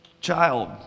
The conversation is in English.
child